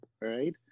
right